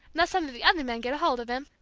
unless some of the other men get hold of him!